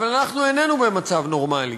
אבל אנחנו איננו במצב נורמלי,